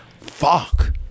fuck